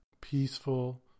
peaceful